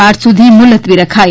March સુધી મુલતવી રખાઇ